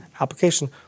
Application